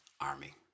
Army